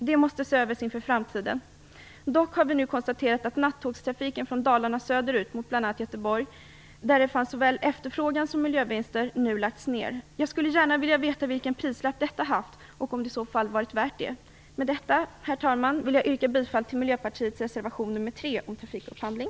Det måste ses över inför framtiden. Dalarna söderut mot bl.a. Göteborg, där det fanns såväl efterfrågan som miljövinster, nu lagts ned. Jag skulle gärna vilja veta vilka prislappar detta haft och om det i så fall varit värt det. Med detta, herr talman, yrkar jag bifall till Miljöpartiets reservation 3 om trafikupphandling.